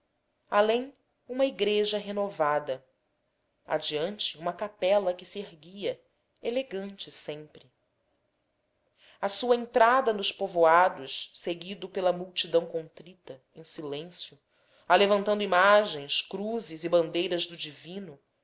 além uma igreja renovada adiante uma capela que se erguia elegante sempre a sua entrada nos povoados seguido pela multidão contrita em silêncio alevantando imagens cruzes e bandeiras do divino